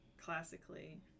classically